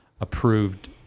approved